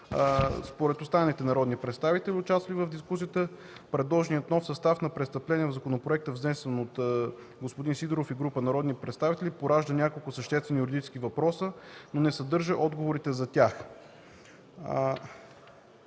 Според останалите народни представители, участвали в дискусията, предложеният нов състав на престъпление в законопроекта, внесен от Волен Сидеров и група народни представители, поражда няколко съществени юридически въпроси, но не съдържа отговорите за тях.